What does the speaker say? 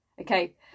Okay